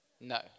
No